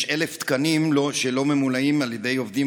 יש 1,000 תקנים שלא ממולאים על ידי עובדים